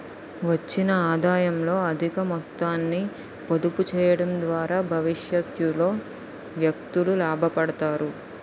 వచ్చిన ఆదాయంలో అధిక మొత్తాన్ని పొదుపు చేయడం ద్వారా భవిష్యత్తులో వ్యక్తులు లాభపడతారు